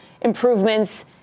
improvements